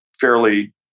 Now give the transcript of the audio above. fairly